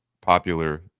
popular